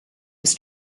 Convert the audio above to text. was